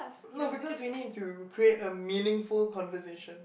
no because we need to create a meaningful conversation